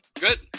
Good